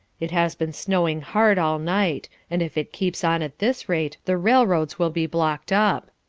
it has been snowing hard all night, and if it keeps on at this rate the railroads will be blocked up.